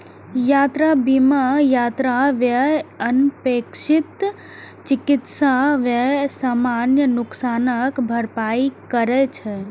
यात्रा बीमा यात्रा व्यय, अनपेक्षित चिकित्सा व्यय, सामान नुकसानक भरपाई करै छै